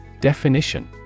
Definition